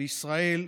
בישראל,